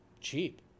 cheap